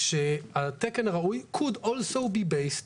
שהתקן הראוי could also be based,